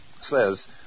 says